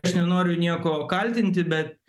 aš nenoriu nieko kaltinti bet